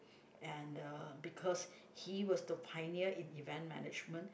and the because he was the pioneer in event management